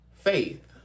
Faith